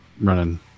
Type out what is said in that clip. running